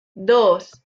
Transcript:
dos